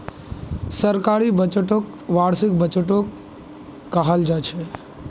सरकारी बजटक वार्षिक बजटो कहाल जाछेक